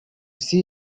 see